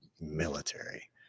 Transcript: military